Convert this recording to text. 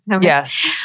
Yes